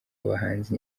abahanzi